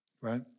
right